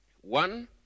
One